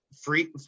free